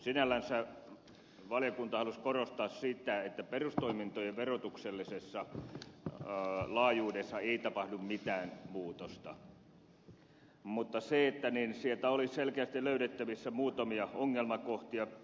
sinällänsä valiokunta halusi korostaa sitä että perustoimintojen verotuksellisessa laajuudessa ei tapahdu mitään muutosta mutta sieltä oli selkeästi löydettävissä muutamia ongelmakohtia